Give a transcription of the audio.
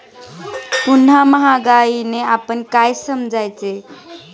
पुन्हा महागाईने आपण काय समजायचे?